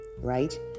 right